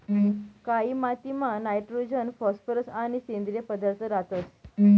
कायी मातीमा nitrogen phosphorus आणि सेंद्रिय पदार्थ रातंस